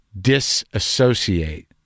disassociate